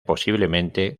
posiblemente